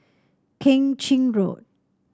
Keng Chin Road